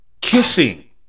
kissing